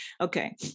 Okay